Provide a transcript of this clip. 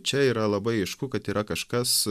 čia yra labai aišku kad yra kažkas